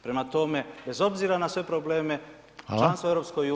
Prema tome, bez obzira na sve probleme članstvo u EU [[Upadica: Hvala.]] jest